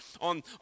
on